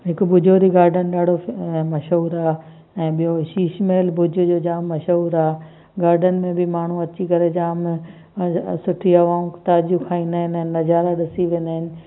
हिकु भुजोरी गार्डन ॾाढो मशहूरु आहे ऐं ॿियो शीश महल भुज जो जाम मशहूरु आहे गार्डन में बि माण्हू अची करे जाम सुठी हवाऊं ताज़ियूं खाईंदा आहिनि नज़ारा ॾिसी वेंदा आहिनि